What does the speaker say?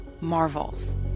Marvels